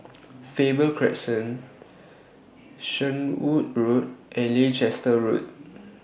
Faber Crescent Shenvood Road and Leicester Road